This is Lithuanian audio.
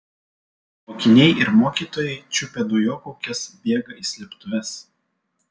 mokiniai ir mokytojai čiupę dujokaukes bėga į slėptuves